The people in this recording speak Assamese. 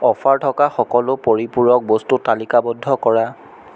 অফাৰ থকা সকলো পৰিপূৰক বস্তু তালিকাবদ্ধ কৰা